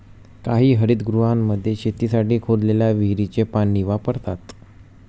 काही हरितगृहांमध्ये शेतीसाठी खोदलेल्या विहिरीचे पाणी वापरतात